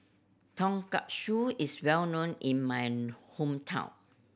tonkatsu is well known in my hometown